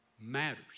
matters